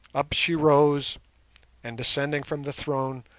up she rose and, descending from the throne,